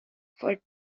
for